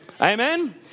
Amen